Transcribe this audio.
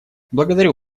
благодарю